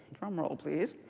drum roll, please.